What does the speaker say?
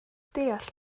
deall